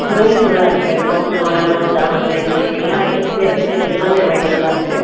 கோலிசோடா இருக்குது Bovonto lemon seven up இந்தமாதிரி எல்லா ஐட்டம்ஸுமே இருக்குது எல்லாமே அவைலபிளாக இருக்குது